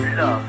love